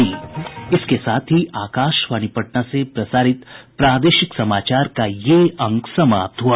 इसके साथ ही आकाशवाणी पटना से प्रसारित प्रादेशिक समाचार का ये अंक समाप्त हुआ